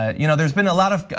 ah you know, there's been a lot of,